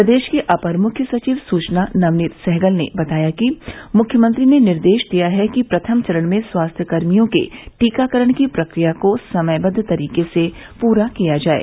प्रदेश के अपर मुख्य सचिव सूचना नवनीत सहगल ने बताया कि मुख्यमंत्री ने निर्देश दिया है कि प्रथम चरण में स्वास्थ्य कर्मियों के टीकाकरण की प्रक्रिया को समयबद्व तरीके से पूरा किया जाये